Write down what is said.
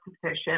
sufficient